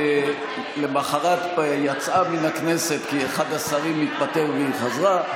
ולמוחרת יצאה מן הכנסת כי אחד השרים התפטר והיא עזבה,